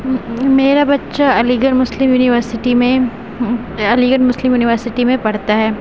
میرا بچہ Aligarh Muslim University میں علی گڑھ مسلم یونیورسٹی میں پڑھتا ہے